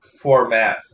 format